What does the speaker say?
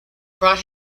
brought